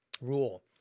rule